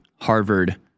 harvard